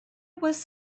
was